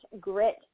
grit